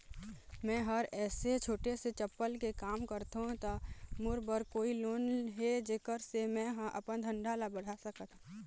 मैं हर ऐसे छोटे से चप्पल के काम करथों ता मोर बर कोई लोन हे जेकर से मैं हा अपन धंधा ला बढ़ा सकाओ?